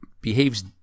behaves